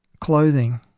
clothing